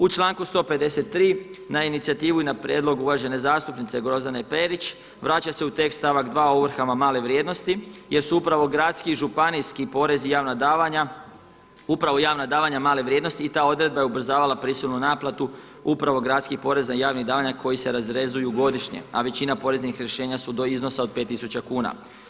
U članku 153. na inicijativu i na prijedlog uvažene zastupnice Grozdane Perić vraća se u tekst stavak 2 o ovrhama male vrijednosti jer su upravo gradski i županijski porezi i javna davanja, upravo javna davanja male vrijednosti, i ta odredba je ubrzavala prisilnu naplatu upravo gradskih poreza i javnih davanja koji se razrezuju godišnje, a većina poreznih rješenja su do iznosa od 5 tisuća kuna.